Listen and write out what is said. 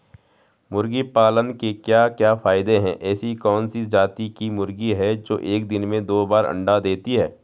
मुर्गी पालन के क्या क्या फायदे हैं ऐसी कौन सी जाती की मुर्गी है जो एक दिन में दो बार अंडा देती है?